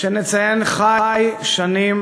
שנציין ח"י שנים